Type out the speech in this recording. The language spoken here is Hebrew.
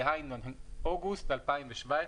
דהיינו אוגוסט 2017,